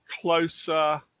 closer